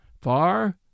Far